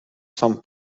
some